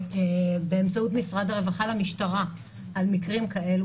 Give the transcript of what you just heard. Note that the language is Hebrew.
באמצעות משרד הרווחה למשטרה על מקרים כאלה,